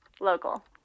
Local